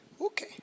okay